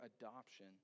adoption